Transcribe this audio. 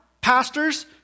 pastors